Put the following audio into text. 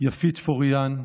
יפית פוריאן,